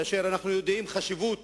ואנחנו יודעים מהי חשיבות